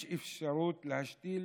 יש אפשרות להשתיל